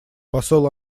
посол